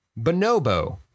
Bonobo